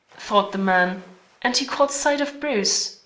thought the man and he caught sight of bruce,